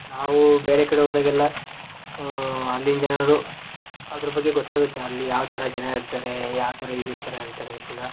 ನಾವು ಬೇರೆ ಕಡೆ ಹೋದಾಗೆಲ್ಲ ಅಲ್ಲಿನ ಜನರು ಅದ್ರ ಬಗ್ಗೆ ಗೊತ್ತಾಗುತ್ತೆ ಅಲ್ಲಿ ಯಾವ ಥರ ಜನ ಇರ್ತಾರೆ ಯಾವ ಥರ ಇದು ಇರ್ತಾರೆ ಅಂತ ಇಂದ